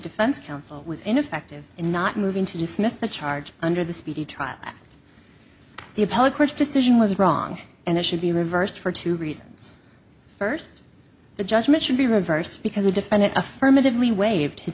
defense counsel was ineffective in not moving to dismiss the charge under the speedy trial the appellate court's decision was wrong and it should be reversed for two reasons first the judgment should be reversed because the defendant affirmatively waived